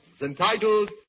entitled